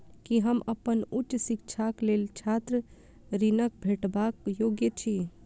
की हम अप्पन उच्च शिक्षाक लेल छात्र ऋणक भेटबाक योग्य छी?